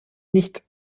nicht